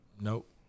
Nope